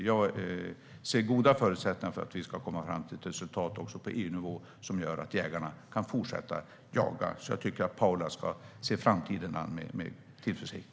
Jag ser goda förutsättningar för att vi ska komma fram till ett resultat också på EU-nivå som gör att jägarna kan fortsätta att jaga. Jag tycker att Paula ska se framtiden an med tillförsikt.